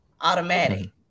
automatic